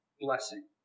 blessing